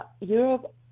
Europe